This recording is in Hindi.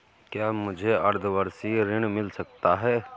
क्या मुझे अर्धवार्षिक ऋण मिल सकता है?